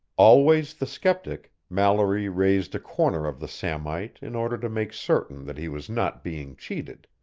always the skeptic, mallory raised a corner of the samite in order to make certain that he was not being cheated.